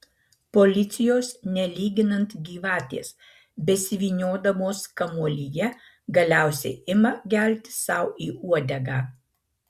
policijos nelyginant gyvatės besivyniodamos kamuolyje galiausiai ima gelti sau į uodegą